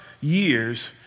years